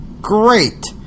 great